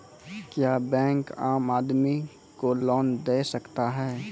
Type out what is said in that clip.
क्या बैंक आम आदमी को लोन दे सकता हैं?